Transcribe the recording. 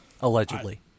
allegedly